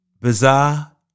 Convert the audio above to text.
bizarre